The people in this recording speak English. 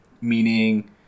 meaning